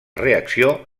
reacció